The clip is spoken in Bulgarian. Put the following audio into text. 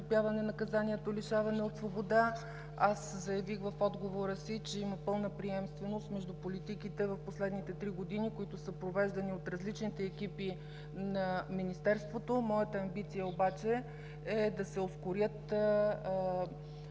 Аз заявих в отговора си, че има пълна приемственост между политиките в последните три години, които са провеждани от различните екипи на Министерството. Моята амбиция обаче е да се ускорят ремонтните